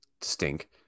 stink